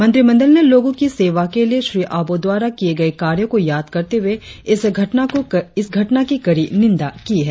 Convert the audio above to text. मंत्रिमंडल ने लोगो की सेवा के लिए श्री अबोह द्वारा किए गए कार्यो को याद करते हुए इस घटना की कड़ी निन्दा की है